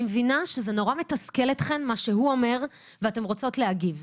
אני מבינה שזה נורא מתסכל אתכן מה שהוא אומר ואתן רוצות להגיב.